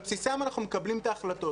שעל בסיסם אנחנו מקבלים את ההחלטות,